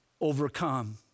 overcome